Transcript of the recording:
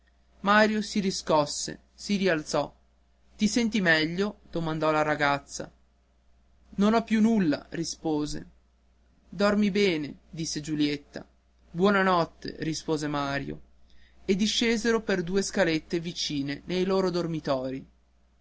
mario si riscosse si rialzò ti senti meglio domandò la ragazza non ho più nulla rispose dormi bene disse giulietta buona notte rispose mario e discesero per due scalette vicine nei loro dormitori